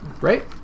Right